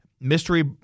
mystery